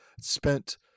spent